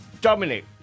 Dominic